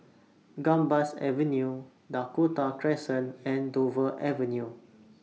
Gambas Avenue Dakota Crescent and Dover Avenue